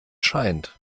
scheint